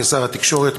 כשר התקשורת,